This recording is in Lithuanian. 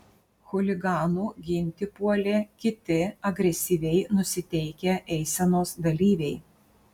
chuliganų ginti puolė kiti agresyviai nusiteikę eisenos dalyviai